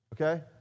okay